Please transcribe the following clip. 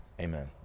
amen